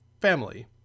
family